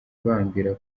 bambwira